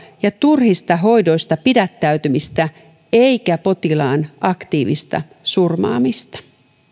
ja turhista hoidoista pidättäytymistä eivätkä potilaan aktiivista surmaamista